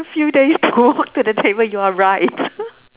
a few days to walk to the table you are right